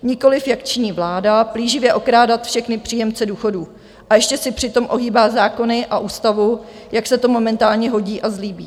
Nikoliv jak činí vláda, plíživě okrádat všechny příjemce důchodů a ještě si přitom ohýbat zákony a ústavu, jak se to momentálně hodí a zlíbí.